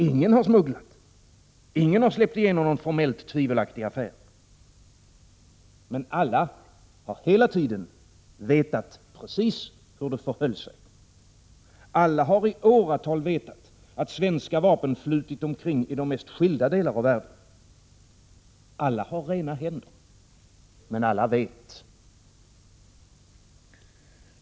Ingen har smugglat. Ingen har släppt igenom någon formellt tvivelaktig affär. Men alla har hela tiden vetat precis hur det förhöll sig. Alla har i åratal vetat att svenska vapen flutit omkring i de mest skilda delar av världen. Alla har rena händer. Men alla vet.